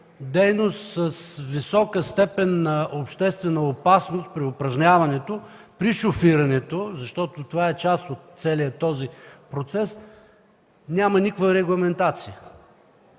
дейност с висока степен на обществена опасност при упражняването й, при шофирането, защото това е част от целия този процес, а няма никаква регламентация?